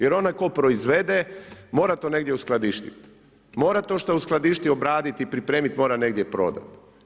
Jer onaj tko proizvode, mora to negdje uskladištiti, mora to što je uskladištio obraditi, pripremiti, mora negdje prodati.